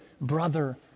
brother